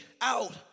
out